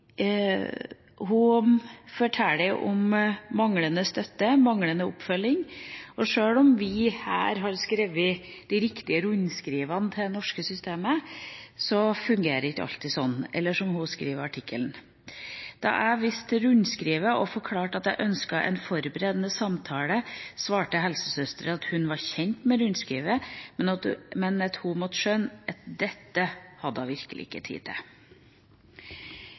Hun forteller om manglende støtte, manglende oppfølging. Og sjøl om vi her har skrevet de riktige rundskrivene til det norske systemet, fungerer det ikke alltid sånn. Eller som hun skriver i artikkelen: «Da jeg viste til rundskrivet og forklarte at jeg ønsket en forberedende samtale, svarte helsesøster at hun var kjent med rundskrivet, men at jeg måtte skjønne, at «det hadde de ikke tid til».»